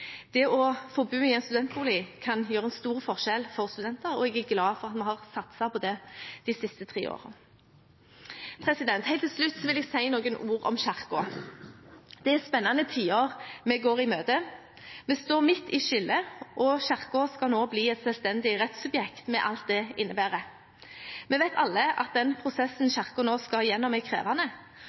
Det å få bo i en studentbolig kan utgjøre en stor forskjell for studenter, og jeg er glad for at vi har satset på det de siste tre årene. Helt til slutt vil jeg si noen ord om Kirken. Det er spennende tider vi går i møte. Vi står midt i skillet, og Kirken skal nå bli et selvstendig rettssubjekt med alt det innebærer. Vi vet alle at den prosessen Kirken nå skal gjennom, er krevende.